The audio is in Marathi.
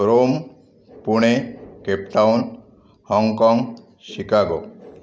रोम पुणे केपटाउन हाँगकाँग शिकागो